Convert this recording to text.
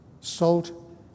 Salt